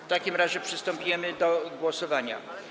W takim razie przystępujemy do głosowania.